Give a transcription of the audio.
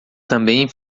também